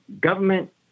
Government